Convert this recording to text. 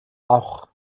авах